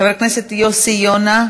חבר הכנסת יוסי יונה,